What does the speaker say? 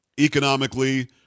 Economically